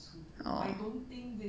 ya